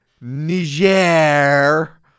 Niger